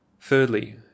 Thirdly